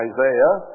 Isaiah